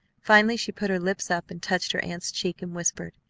finally she put her lips up, and touched her aunt's cheek, and whispered,